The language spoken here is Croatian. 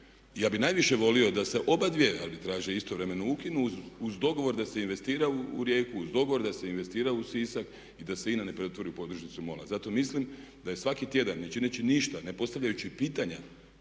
ja bih najviše volio da se obadvije arbitraže istovremeno ukinu uz dogovor da se investira u Rijeku, uz dogovor da se investira u Sisak i da se INA ne pretvori u podružnicu MOL-a. Zato mislim da je svaki tjedan ne čineći ništa, ne postavljajući pitanja